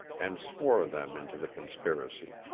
and swore them into the conspiracy.